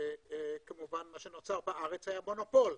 מה שנוצר בארץ היה מונופול.